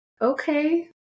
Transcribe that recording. okay